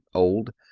old.